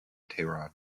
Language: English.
tehran